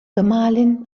gemahlin